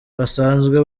basanzwe